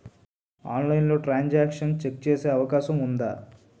ఆన్లైన్లో transaction check చేసే అవకాశం ఉందా?